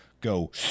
go